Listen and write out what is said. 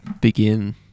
begin